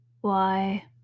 Why